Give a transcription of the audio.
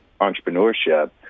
entrepreneurship